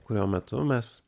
kurio metu mes